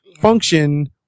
function